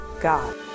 God